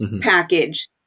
package